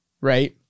Right